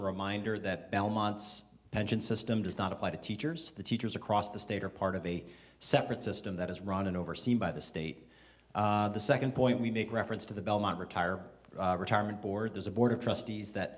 a reminder that belmont's pension system does not apply to teachers the teachers across the state are part of a separate system that is run and overseen by the state the second point we make reference to the belmont retire the retirement board there's a board of trustees that